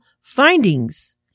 findings